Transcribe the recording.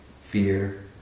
fear